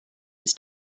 its